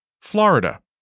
Florida